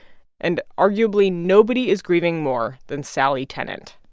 and arguably, nobody is grieving more than sally tennant.